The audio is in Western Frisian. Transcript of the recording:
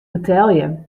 betelje